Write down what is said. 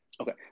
Okay